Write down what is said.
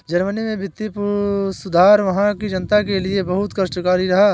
Germany में वित्तीय सुधार वहां की जनता के लिए बहुत कष्टकारी रहा